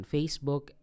Facebook